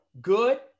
Good